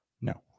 No